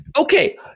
Okay